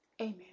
amen